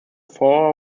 four